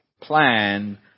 plan